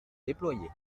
déployée